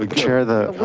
ah chair the